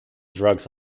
drugs